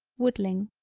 woodling.